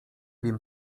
wiem